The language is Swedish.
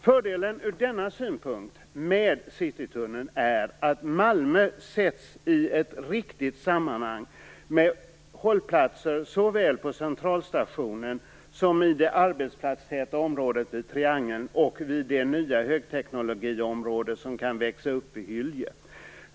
Fördelen med Citytunneln ur denna synvinkel är att Malmö sätts i ett riktigt sammanhang med hållplatser såväl på Centralstationen som i det arbetsplatstäta området vid Triangeln och i det nya högteknologiområde som kan växa upp i Hyllie.